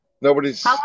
Nobody's